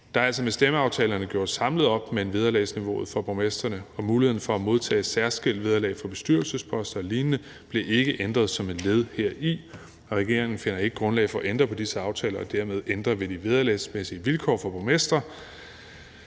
Der er altså med stemmeaftalerne gjort samlet op med vederlagsniveauet for borgmestrene, og muligheden for at modtage særskilt vederlag for bestyrelsesposter og lignende blev ikke ændret som et led heri, og regeringen finder ikke grundlag for at ændre på disse aftaler og dermed ændre ved det vederlagsmæssige vilkår for borgmestre.